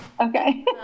Okay